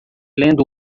lendo